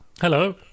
Hello